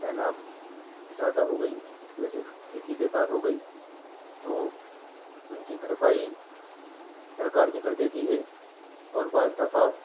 سیلاب زیادہ ہو گئی جس کی وجہ سے کھیتی بیکار ہو گئی تو ان کی بھرپائی سرکار بھی کر دیتی ہے اور بعض دفعہ